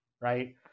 Right